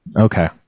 okay